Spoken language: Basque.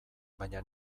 baina